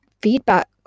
Feedback